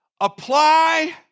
apply